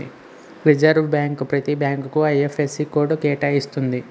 reserve bank ప్రతి బ్యాంకుకు IFSC code కేటాయిస్తుంది